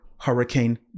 hurricane